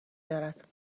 دارد